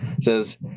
says